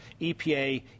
EPA